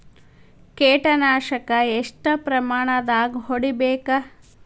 ಕೇಟ ನಾಶಕ ಎಷ್ಟ ಪ್ರಮಾಣದಾಗ್ ಹೊಡಿಬೇಕ?